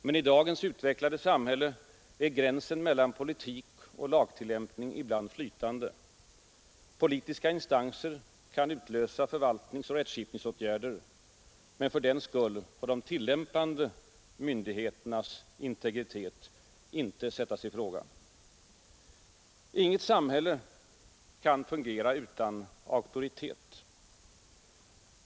Men i dagens utvecklade samhälle är gränsen mellan politik och lagtillämpning ibland flytande. Politiska instanser kan utlösa förvaltningsoch rättskipningsåtgärder. Men fördenskull får de tillämpande myndigheternas integritet inte sättas i fråga. Inget samhälle kan fungera utan auktoritet.